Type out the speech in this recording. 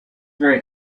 very